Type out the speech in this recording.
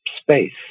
space